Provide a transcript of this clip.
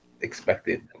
expected